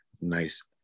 nice